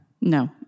no